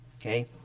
Okay